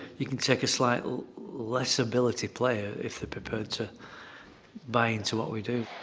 you can take a slightly less-ability player if they're prepared to buy into what we do.